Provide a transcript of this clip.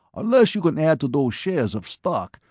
unless you can add to those shares of stock,